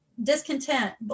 discontent